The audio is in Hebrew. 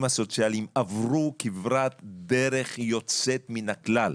הסוציאליים עברו כברת דרך יוצאת מן הכלל.